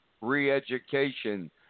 re-education